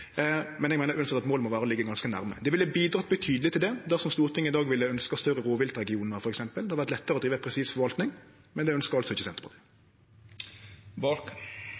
men eg meiner uansett at målet må vere å liggje ganske nærme. Det ville bidratt betydeleg til det dersom Stortinget i dag ville ønskje større hovudregionar f.eks. Det ville vore lettare å drive presis forvalting. Men det ønskjer altså ikkje